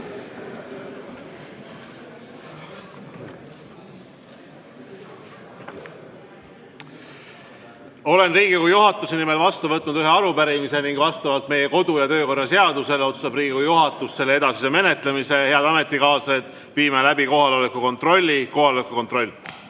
Olen Riigikogu juhatuse nimel vastu võtnud ühe arupärimise ning vastavalt meie kodu- ja töökorra seadusele otsustab Riigikogu juhatus selle edasise menetlemise. Head ametikaaslased, viime läbi kohaloleku kontrolli. Kohaloleku kontroll.